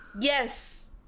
Yes